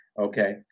okay